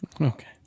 Okay